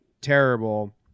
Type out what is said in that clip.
terrible